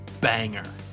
banger